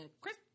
Chris